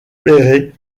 paierai